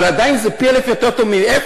אבל עדיין זה פי-אלף יותר טוב מאפס.